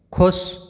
खुश